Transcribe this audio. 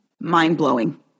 mind-blowing